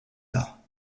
pas